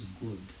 good